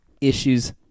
issues